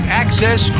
access